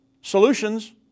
solutions